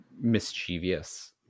mischievous